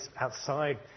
outside